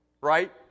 right